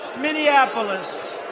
Minneapolis